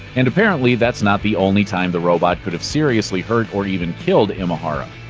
and apparently that's not the only time the robot could have seriously hurt or even killed imahara.